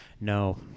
No